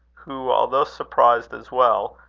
who, although surprised as well,